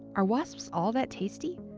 are wasps all that tasty?